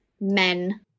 men